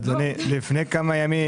אדוני, לפני כמה ימים